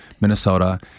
Minnesota